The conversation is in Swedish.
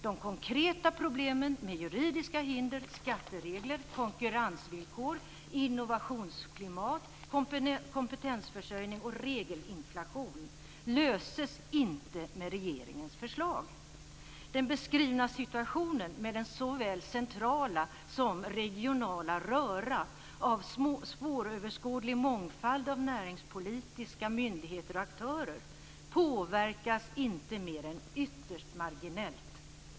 De konkreta problemen med juridiska hinder, skatteregler, konkurrensvillkor, innovationsklimat, kompetensförsörjning och regelinflation löses inte med regeringens förslag. Den beskrivna situationen med den såväl centrala som regionala röra av svåröverskådlig mångfald av näringspolitiska myndigheter och aktörer påverkas inte mer än ytterst marginellt.